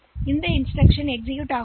எனவே இது எவ்வாறு செயல்படுத்தப்படும்